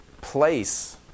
place